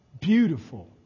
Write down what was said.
beautiful